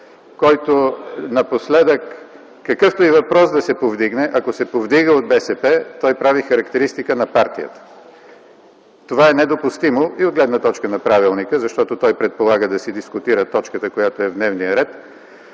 който напоследък какъвто и въпрос да се повдигне, ако се повдига от БСП, той прави характеристика на партия. Това е недопустимо и от гледна точка на правилника, защото той предполага да се дискутира точката, която е в дневния ред